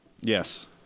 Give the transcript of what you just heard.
Yes